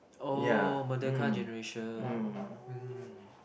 oh Merdeka generation mm